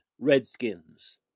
redskins